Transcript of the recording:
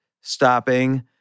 stopping